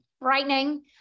frightening